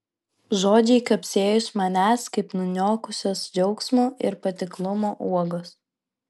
žodžiai kapsėjo iš manęs kaip nunokusios džiaugsmo ir patiklumo uogos